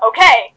Okay